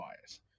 bias